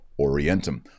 orientum